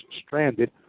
stranded